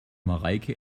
mareike